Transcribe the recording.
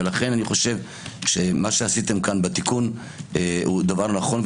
ולכן אני חושב שמה שעשיתם כאן בתיקון הוא דבר נכון,